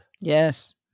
Yes